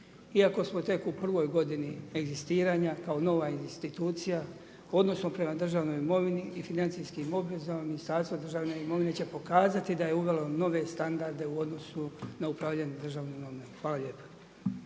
Iako smo tek u prvoj godini egzistiranja kao nova institucija, u odnosu prema državnoj imovini i financijskim obvezama, Ministarstvo državne imovine će pokazati da je uvela u nove standarde u odnosu na upravljanje državne imovine. Hvala lijepa.